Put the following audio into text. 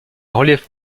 reliefs